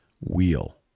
wheel